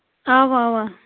اَوا اَوا